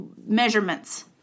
measurements